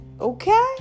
Okay